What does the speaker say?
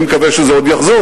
אני מקווה שזה עוד יחזור,